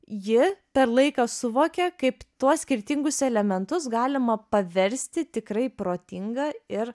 ji per laiką suvokia kaip tuos skirtingus elementus galima paversti tikrai protinga ir